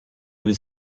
was